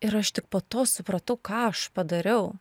ir aš tik po to supratau ką aš padariau